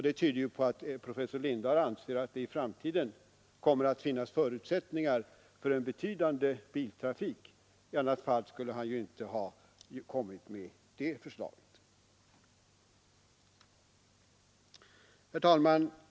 Det tyder på att professor Lindahl anser att det i framtiden kommer att finnas förutsättningar för en betydande biltrafik. I annat fall skulle han inte ha kommit med det förslaget. Herr talman!